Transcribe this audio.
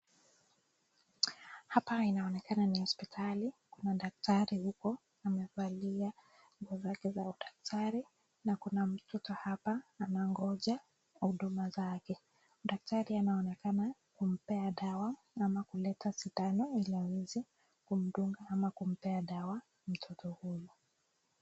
Hapa inaonekana ni hosipitali. Kuna daktari huko amevalia nguo zake za udaktari na kuna mtoto hapa anangoja huduma zake. Daktari anaonekana kumpea dawa ama kuleta sindano ili aweze kumdunga ama kumpea dawa mtoto huyu.